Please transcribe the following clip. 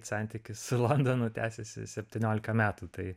santykis su londonu tęsiasi septyniolika metų tai